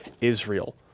Israel